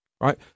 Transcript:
Right